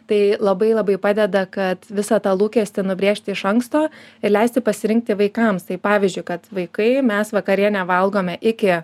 tai labai labai padeda kad visą tą lūkestį nubrėžti iš anksto ir leisti pasirinkti vaikams tai pavyzdžiui kad vaikai mes vakarienę valgome iki